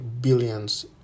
billions